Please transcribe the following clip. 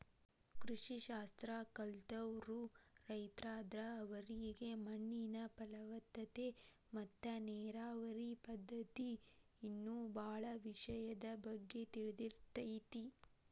ಕೃಷಿ ಶಾಸ್ತ್ರ ಕಲ್ತವ್ರು ರೈತರಾದ್ರ ಅವರಿಗೆ ಮಣ್ಣಿನ ಫಲವತ್ತತೆ ಮತ್ತ ನೇರಾವರಿ ಪದ್ಧತಿ ಇನ್ನೂ ಬಾಳ ವಿಷಯದ ಬಗ್ಗೆ ತಿಳದಿರ್ತೇತಿ